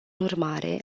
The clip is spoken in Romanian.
urmare